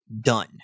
done